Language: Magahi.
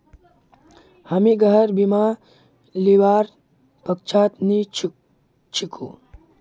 हामी गृहर बीमा लीबार पक्षत नी छिकु